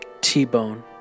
T-Bone